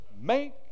make